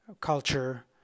culture